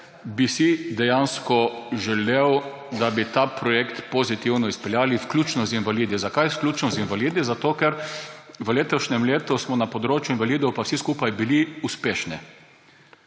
bi si dejansko želel, da bi ta projekt pozitivno izpeljali, vključno z invalidi. Zakaj vključno z invalidi? Zato ker smo vsi skupaj v letošnjem letu na področju invalidov pa bili uspešni.